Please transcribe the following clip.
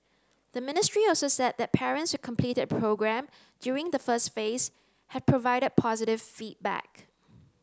the ministry also said that parents who completed programme during the first phase have provided positive feedback